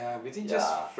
ya